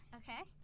okay